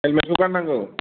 हेलमेटखौ गान्नांगौ